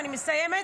אני מסיימת,